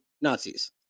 Nazis